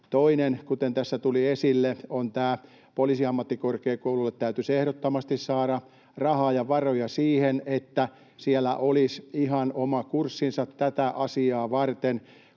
Toinen, kuten tässä tuli esille, on se, että Poliisiammattikorkeakoululle täytyisi ehdottomasti saada rahaa ja varoja siihen, että siellä olisi ihan oma kurssinsa tätä asiaa varten,